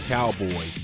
Cowboy